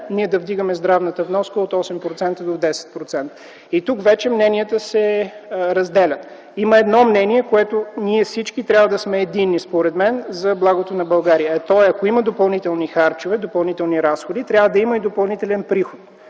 ние да вдигаме здравната вноска от 8 до 10% ? Тук вече мненията се разделят. Но има едно мнение, по което, според мен, ние трябва да бъдем единни за благото на България, а то е, ако има допълнителни харчове, допълнителни разходи, трябва да има и допълнителен приход.